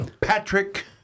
Patrick